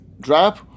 drop